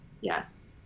yes